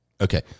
Okay